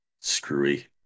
screwy